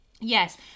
Yes